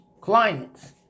clients